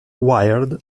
wired